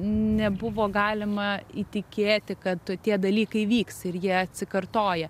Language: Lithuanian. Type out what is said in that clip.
nebuvo galima įtikėti kad tie dalykai vyks ir jie atsikartoja